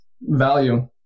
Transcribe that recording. Value